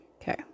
Okay